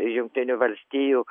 jungtinių valstijų